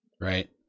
right